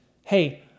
hey